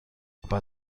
aber